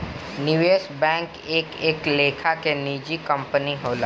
निवेश बैंक एक एक लेखा के निजी कंपनी होला